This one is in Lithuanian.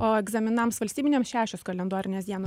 o egzaminams valstybiniams šešios kalendorinės dienos